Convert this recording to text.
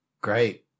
Great